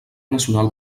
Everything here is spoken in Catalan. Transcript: nacional